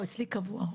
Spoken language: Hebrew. קבע.